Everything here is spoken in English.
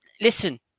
Listen